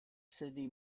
city